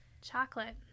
chocolate